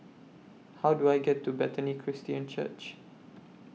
How Do I get to Bethany Christian Church